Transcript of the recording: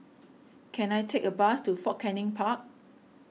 can I take a bus to Fort Canning Park